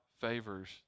favors